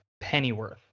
Pennyworth